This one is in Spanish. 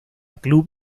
club